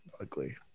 ugly